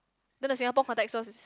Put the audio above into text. then the Singapore is